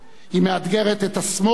היא מאתגרת את השמאל,